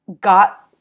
got